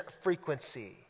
frequency